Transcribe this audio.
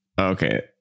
Okay